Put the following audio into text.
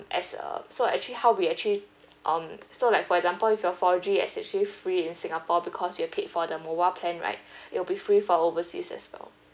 as uh so actually how we actually um so like for example if your four G is actually free in singapore because you have paid for the mobile plan right it'll be free for overseas as well